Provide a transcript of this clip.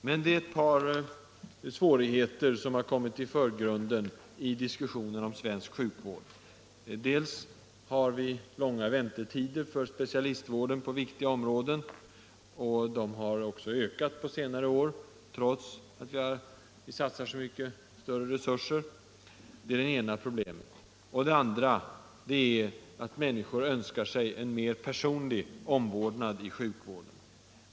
Men det är ett par svårigheter som kommit i förgrunden i diskussionen om svensk sjukvård. Först och främst har; vi långa väntetider för specialistvården på viktiga områden. Dessa har också ökat på senare år, trots att vi satsar så mycket större resurser. Det andra problemet är att människor önskar sig mer av personlig omvårdnad i sjukvården.